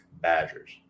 Badgers